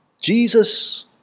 Jesus